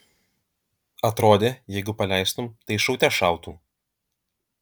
atrodė jeigu paleistum tai šaute šautų